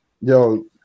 Yo